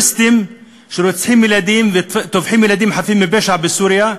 טרוריסטים שרוצחים ילדים וטובחים ילדים חפים מפשע בסוריה.